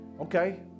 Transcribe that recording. Okay